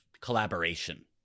collaboration